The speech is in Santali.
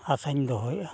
ᱟᱥᱟᱧ ᱫᱚᱦᱚᱭᱮᱜᱼᱟ